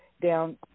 Down